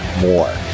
more